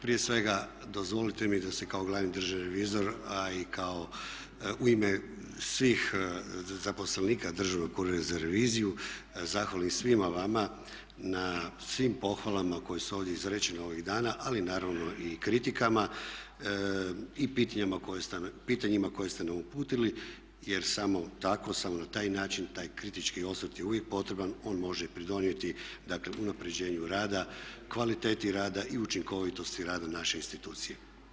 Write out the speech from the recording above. Prije svega dozvolite mi da se kao glavni državni revizor i u ime svih zaposlenika Državnog ureda za reviziju zahvalim svima vama na svim pohvalama koje su ovdje izrečene ovih dana ali naravno i kritikama i pitanjima koje ste nam uputili jer samo tako, samo na taj način taj kritički osvrt je uvijek potreban, on može pridonijeti unapređenju rada, kvaliteti rada i učinkovitosti rada naša institucije.